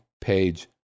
page